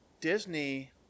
Disney